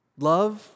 love